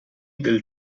del